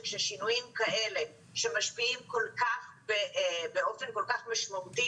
שכששינויים כאלה שמשפיעים באופן כל כך משמעותי